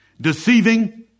deceiving